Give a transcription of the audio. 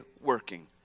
working